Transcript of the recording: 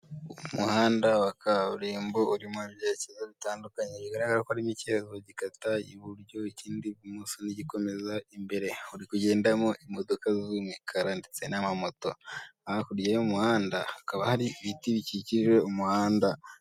Umuhanda wa kaburimbo urimo ibyerekezo bitandukanye, bigaragara ko harimo ikerekezo gikata iburyo, ikindi ibumoso n'igikomeza imbere, uri kugendamo imodoka z'umukara ndetse n'amamoto, hakurya y'umuhanda hakaba hari ibiti bikikije umuhanda.